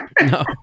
No